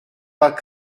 pas